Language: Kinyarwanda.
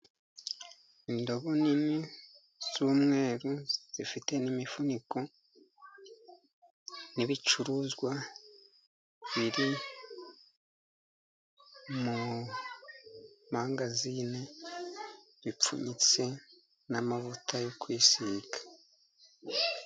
Indobo nini z'umweru zifite ni imifuniko, ni ibicuruzwa biri mu mangazine bipfunyitse n'amavuta yo kwisiga.